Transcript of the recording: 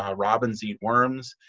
ah robins eat worms.